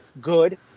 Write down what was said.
Good